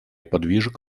подвижек